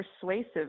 persuasive